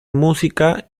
música